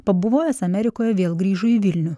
pabuvojęs amerikoje vėl grįžo į vilnių